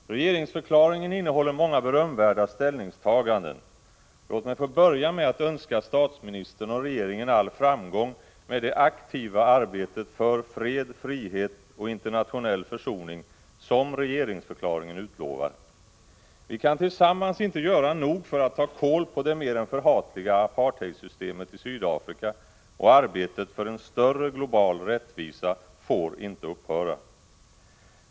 Herr talman! Regeringsförklaringen innehåller många berömvärda ställningstaganden. Låt mig få börja med att önska statsministern och regeringen all framgång med det aktiva arbete för fred, frihet och internationell försoning som regeringsförklaringen utlovar. Vi kan tillsammans inte göra nog för att ta kål på det mer än förhatliga apartheidsystemet i Sydafrika, och arbetet för en större global rättvisa får inte upphöra.